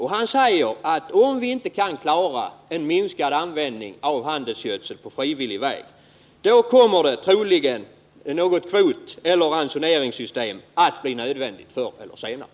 Han säger att om vi inte kan genomföra en minskad användning av handelsgödsel på frivillig väg, kommer troligen något kvoteller ransoneringssystem att bli nödvändigt förr eller senare.